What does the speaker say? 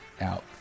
out